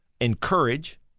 encourage